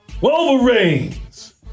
Wolverines